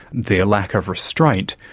their lack of restraint,